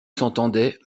s’entendait